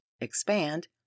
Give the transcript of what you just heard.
expand